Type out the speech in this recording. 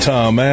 Tom